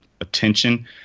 attention